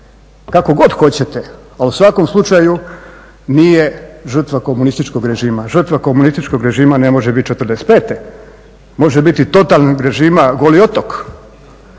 Kako god hoćete, ali u svakom slučaju nije žrtva komunističkog režima. Žrtva komunističkog režima ne može biti '45., može biti totalnog režima Goli otok,